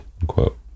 unquote